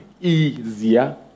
easier